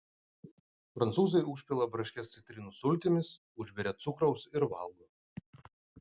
prancūzai užpila braškes citrinų sultimis užberia cukraus ir valgo